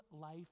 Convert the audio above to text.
life